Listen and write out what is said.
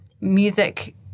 music